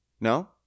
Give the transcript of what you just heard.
no